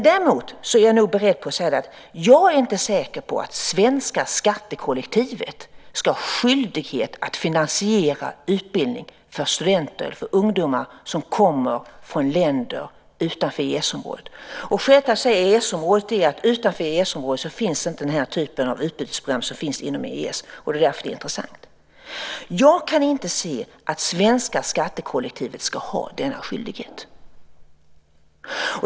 Däremot är jag nog beredd att säga att jag inte är säker på att det svenska skattekollektivet ska ha skyldighet att finansiera utbildning för studenter, för ungdomar, som kommer från länder utanför EES-området. Skälet till att jag säger EES-området är att utanför EES-området finns inte den typ av program som finns inom EES. Det är därför som det är intressant. Jag kan inte se att det svenska skattekollektivet ska ha denna skyldighet.